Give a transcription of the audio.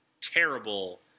terrible